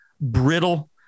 brittle